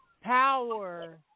power